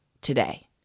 today